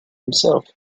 himself